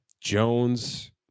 Jones